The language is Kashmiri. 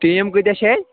ٹیٖم کۭتیٛاہ چھِ اَتہِ